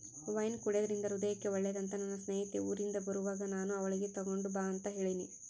wine ಕುಡೆದ್ರಿಂದ ಹೃದಯಕ್ಕೆ ಒಳ್ಳೆದಂತ ನನ್ನ ಸ್ನೇಹಿತೆ ಊರಿಂದ ಬರುವಾಗ ನಾನು ಅವಳಿಗೆ ತಗೊಂಡು ಬಾ ಅಂತ ಹೇಳಿನಿ